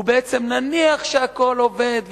נניח שהכול עובד,